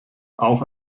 auch